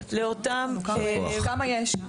כמה יש?